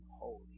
holy